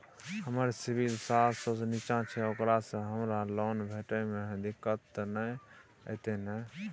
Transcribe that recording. हमर सिबिल सात सौ से निचा छै ओकरा से हमरा लोन भेटय में दिक्कत त नय अयतै ने?